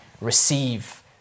receive